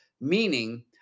Meaning